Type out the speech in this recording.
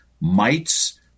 mites